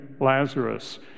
Lazarus